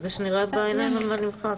כדי שנראה בעיניים מה נמחק.